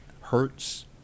hurts